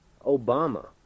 Obama